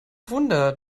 wunder